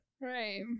Right